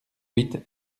huit